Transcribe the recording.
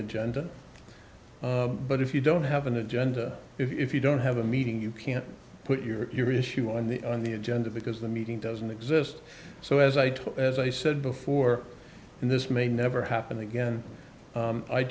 agenda but if you don't have an agenda if you don't have a meeting you can't put your your issue on the on the agenda because the meeting doesn't exist so as i talk as i said before and this may never happen again